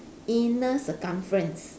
inner circumference